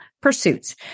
pursuits